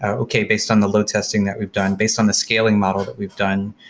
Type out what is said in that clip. ah okay. based on the load testing that we've done, based on the scaling model but we've done,